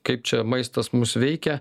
kaip čia maistas mus veikia